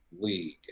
League